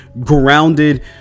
grounded